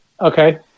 Okay